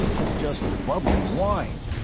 it's just bubbly wine.